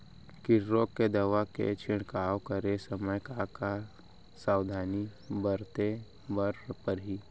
किट रोके के दवा के छिड़काव करे समय, का का सावधानी बरते बर परही?